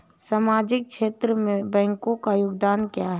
सामाजिक क्षेत्र में बैंकों का योगदान क्या है?